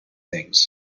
things